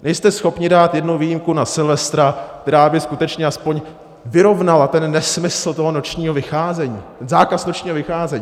Nejste schopni dát jednu výjimku na silvestra, která by skutečně aspoň vyrovnala ten nesmysl toho nočního vycházení, ten zákaz nočního vycházení.